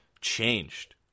changed